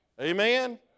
Amen